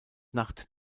nacht